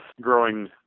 growing